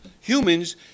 humans